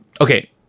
Okay